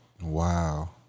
Wow